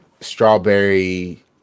strawberry